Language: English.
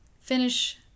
finish